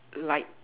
like